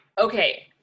Okay